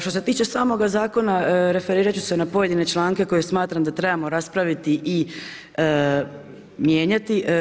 Što se tiče samo ga zakona, referirati ću se na pojedine članke, koje smatram da trebamo raspraviti i mijenjati.